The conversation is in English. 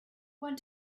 want